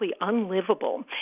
unlivable